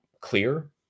clear